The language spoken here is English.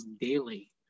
daily